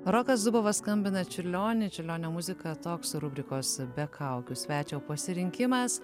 rokas zubovas skambina čiurlionį čiurlionio muziką toks rubrikos be kaukių svečio pasirinkimas